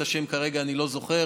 את השם אני כרגע לא זוכר,